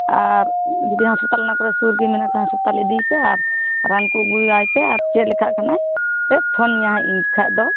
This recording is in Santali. ᱟᱨ ᱡᱩᱫᱤ ᱦᱟᱸᱥᱯᱟᱛᱟᱞ ᱚᱱᱟ ᱠᱚᱨᱮ ᱥᱩᱨ ᱠᱚᱨᱮ ᱢᱮᱱᱟᱜ ᱠᱷᱟᱱ ᱦᱟᱸᱥᱯᱟᱛᱟᱞ ᱤᱫᱤᱭᱮᱯᱮ ᱟᱨ ᱨᱟᱱ ᱠᱚ ᱟᱹᱜᱩᱭᱟᱭ ᱯᱮ ᱟᱨ ᱪᱮᱫ ᱞᱮᱠᱟᱜ ᱠᱟᱱᱟᱭ ᱥᱮ ᱯᱷᱳᱱᱤᱧᱟᱹᱭ ᱦᱟᱸᱜ ᱩᱱ ᱡᱚᱠᱷᱟᱜ ᱫᱚ